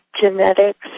genetics